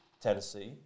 Tennessee